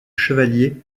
chevalier